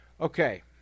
Okay